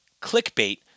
clickbait